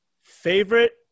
Favorite